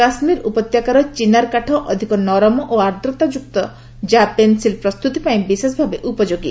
କାଶ୍ମୀର ଉପତ୍ୟକାର ଚୀନାର କାଠ ଅଧିକ ନରମ ଏବଂ ଆର୍ଦ୍ରତାଯୁକ୍ତ ଯାହା ପେନ୍ସିଲ୍ ପ୍ରସ୍ତୁତି ପାଇଁ ବିଶେଷ ଭାବେ ଉପଯୋଗୀ